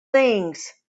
things